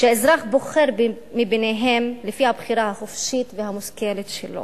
שהאזרח בוחר מביניהן לפי הבחירה החופשית והמושכלת שלו.